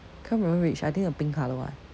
can't remember which I think the pink colour one